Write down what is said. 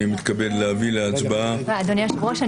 אני מתכבד להביא להצבעה --- אדוני היושב-ראש,